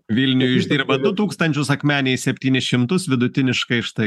vilniuj uždirba du tūkstančius akmenėj septynis šimtus vidutiniškai štai